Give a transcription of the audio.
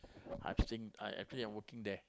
I've seen ah I actually I working there